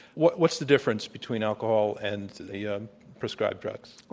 what's the difference between alcohol and the yeah prescribed drugs?